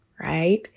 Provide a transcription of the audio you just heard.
right